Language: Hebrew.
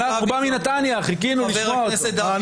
הוא בא מנתניה, חיכינו לשמוע אותו.